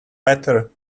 better